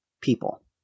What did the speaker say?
people